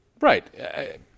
Right